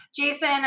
Jason